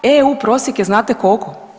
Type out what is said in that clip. EU prosjek je znate koliko?